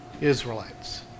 Israelites